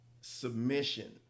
submission